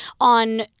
on